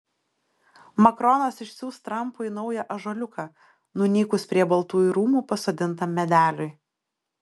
makronas išsiųs trampui naują ąžuoliuką nunykus prie baltųjų rūmų pasodintam medeliui